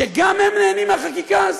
שגם הם נהנים מהחקיקה הזאת.